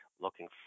looking